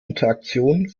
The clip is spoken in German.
interaktion